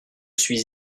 suis